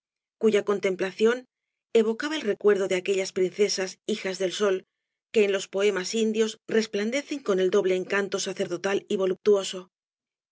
cuya contemplación evocaba el recuerdo de aquellas princesas hijas del sol que en los poemas indios resplandecen con el doble encanto sacerdotal y voluptuoso